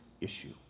issue